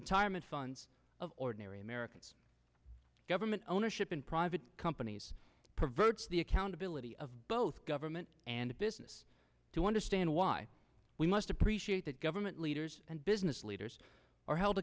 retirement funds of ordinary americans government ownership in private companies provokes the accountability of both government and business to understand why we must appreciate that government leaders and business leaders are held